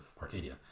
Arcadia